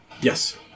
Yes